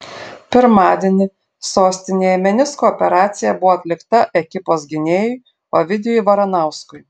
pirmadienį sostinėje menisko operacija buvo atlikta ekipos gynėjui ovidijui varanauskui